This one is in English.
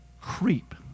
creep